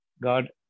God